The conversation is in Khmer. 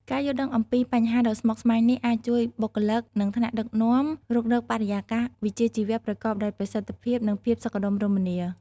ការយល់ដឹងអំពីបញ្ហារដ៏ស្មុគស្មាញនេះអាចជួយបុគ្គលិក និងថ្នាក់ដឹកនាំរុករកបរិយាកាសវិជ្ជាជីវៈប្រកបដោយប្រសិទ្ធភាព និងភាពសុខដុមរមនា។